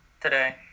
today